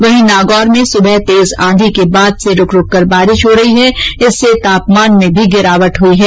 वहीं नागौर में सुबह तेज आंधी के बाद से रूक रूक कर बारिश हो रही है इससे तापमान में भी गिरावट हुई है